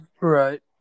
Right